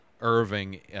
Irving